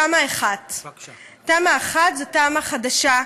תמ"א 1. תמ"א 1 זו תמ"א חדשה,